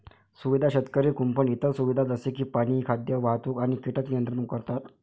सुविधा शेतकरी कुंपण इतर सुविधा जसे की पाणी, खाद्य, वाहतूक आणि कीटक नियंत्रण करतात